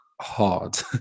hard